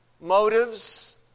motives